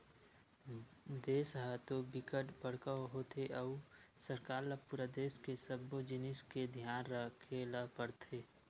देस ह तो बिकट बड़का होथे अउ सरकार ल पूरा देस के सब्बो जिनिस के धियान राखे ल परथे